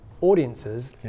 audiences